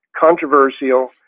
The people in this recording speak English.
controversial